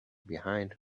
behind